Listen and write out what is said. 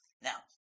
Now